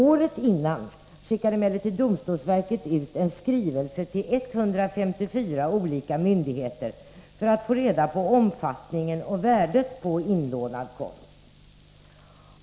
Året innan skickade emellertid domstolsverket ut en skrivelse till 154 olika myndigheter för att få reda på omfattningen av verksamheten och värdet på inlånad konst.